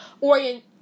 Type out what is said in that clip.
orient